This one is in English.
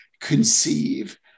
conceive